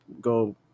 go